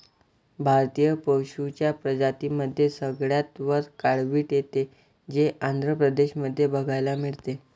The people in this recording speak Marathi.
भारतीय पशूंच्या प्रजातींमध्ये सगळ्यात वर काळवीट येते, जे आंध्र प्रदेश मध्ये बघायला मिळते